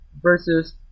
versus